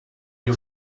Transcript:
you